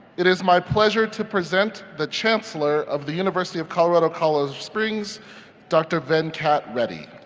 it is my pleasure to present the chancellor of the university of colorado colorado springs dr. venkat reddy.